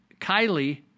kylie